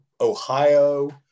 ohio